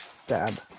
Stab